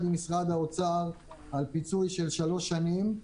עם משרד האוצר על פיצוי של שלוש שנים,